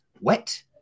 wet